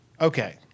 Okay